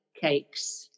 cakes